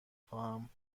خواهم